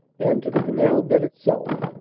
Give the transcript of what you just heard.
and to the canal bed itself,